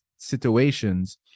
situations